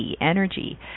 energy